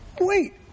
wait